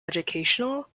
educational